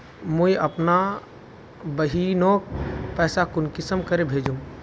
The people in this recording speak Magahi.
मुई अपना बहिनोक पैसा कुंसम के भेजुम?